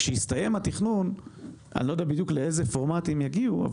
כשיסתיים התכנון אני לא יודע בדיוק לאיזה פורמט הם יגיעו,